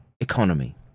economy